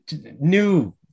New